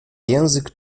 język